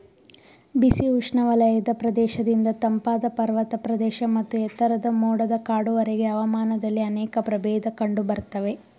ಬಿಸಿ ಉಷ್ಣವಲಯದ ಪ್ರದೇಶದಿಂದ ತಂಪಾದ ಪರ್ವತ ಪ್ರದೇಶ ಮತ್ತು ಎತ್ತರದ ಮೋಡದ ಕಾಡುವರೆಗೆ ಹವಾಮಾನದಲ್ಲಿ ಅನೇಕ ಪ್ರಭೇದ ಕಂಡುಬರ್ತವೆ